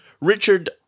Richard